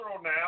now